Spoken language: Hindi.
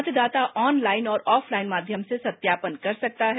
मतदाता ऑनलाइन और ऑफ लाइन माध्यम से सत्यापन कर सकता है